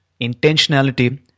intentionality